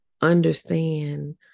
understand